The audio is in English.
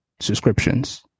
subscriptions